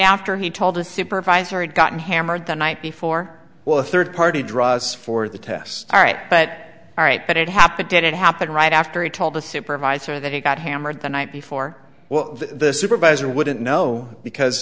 after he told a supervisor had gotten hammered the night before well a third party draws for the test all right but all right but it happened and it happened right after he told the supervisor that he got hammered the night before the supervisor wouldn't know because